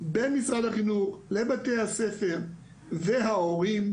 במשרד החינוך לבתי הספר ולהורים.